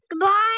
Goodbye